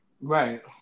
Right